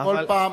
כל פעם,